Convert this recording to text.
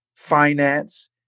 finance